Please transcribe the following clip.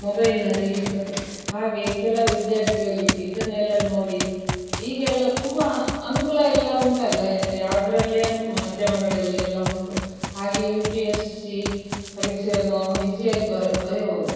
ಮೊಬೈಲಿನಲ್ಲಿ ಇರ್ತದೆ ಹಾಗೆ ಕೆಲವು ವಿದ್ಯಾರ್ಥಿಗಳಿಗ್ ಇದನ್ನೆಲ್ಲ ನೋಡಿ ಈಗೆಲ್ಲ ತುಂಬ ಅನುಕೂಲ ಎಲ್ಲ ಉಂಟಲ್ಲ ಎಲ್ಲ ಯಾವ್ದ್ರಲ್ಲಿ ಮಾಧ್ಯಮಗಳಲ್ಲಿ ಎಲ್ಲ ಉಂಟು ಹಾಗೆ ಯು ಪಿ ಯಸ್ ಇ ಪರೀಕ್ಷೆಯನ್ನು ಈಸಿಯಾಗಿ ಬರೆ ಬರೆಯಬೌದು